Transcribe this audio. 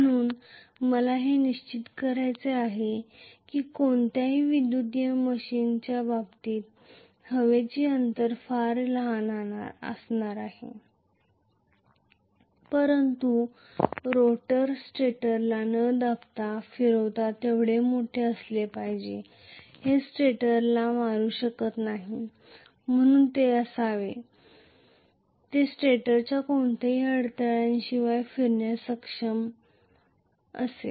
म्हणून मला हे निश्चित करायचे आहे की कोणत्याही विद्युतीय मशीन्सच्या बाबतीत हवेचे अंतर फारच कमी आहे परंतु रोटर स्टेटरला धडक न देता फिरण्याएवढे मोठे असले पाहिजे ते स्टेटरला धडकू शकत नाही म्हणून ते स्टेटरच्या कोणत्याही अडथळ्याशिवाय फिरण्यास सक्षम असावे